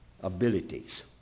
abilities